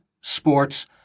sports